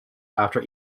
after